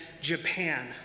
Japan